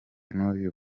n’uyu